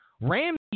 Ramsey